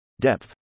depth